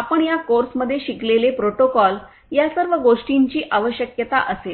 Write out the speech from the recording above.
आपण या कोर्समध्ये शिकलेले प्रोटोकॉल या सर्व गोष्टींची आवश्यकता असेल